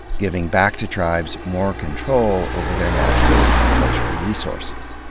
giving back to tribes more control over their natural and cultural resources.